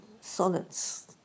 sonnets